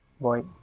boy